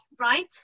right